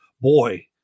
Boy